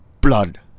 blood